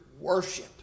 worship